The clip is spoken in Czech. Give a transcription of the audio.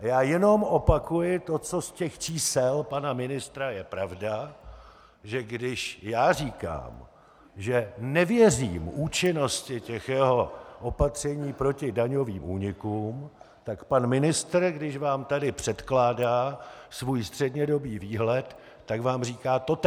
Já jenom opakuji to, co z těch čísel pana ministra je pravda, že když já říkám, že nevěřím účinnosti těch jeho opatření proti daňovým únikům, tak pan ministr, když vám tady předkládá svůj střednědobý výhled, tak vám říká totéž.